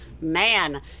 man